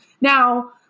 Now